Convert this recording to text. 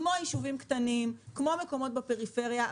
כמו ביישובים קטנים ובמקומות בפריפריה.